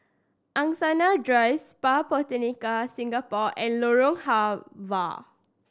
Angsana Drive Spa Botanica Singapore and Lorong Halwa